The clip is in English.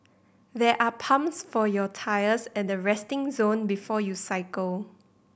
there are pumps for your tyres at the resting zone before you cycle